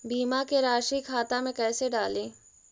बीमा के रासी खाता में कैसे डाली?